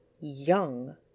young